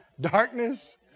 Darkness